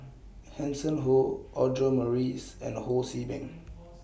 Hanson Ho Audra Morrice and Ho See Beng